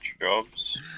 Jobs